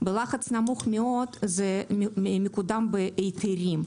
בלחץ נמוך מאוד זה מקודם בהיתרים,